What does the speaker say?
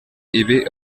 ibi